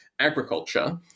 agriculture